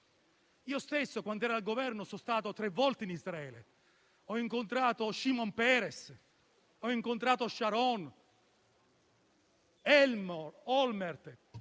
Io stesso, quando ero al Governo, sono stato tre volte in Israele. Ho incontrato Shimon Peres, Sharon, Olmert